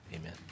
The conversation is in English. Amen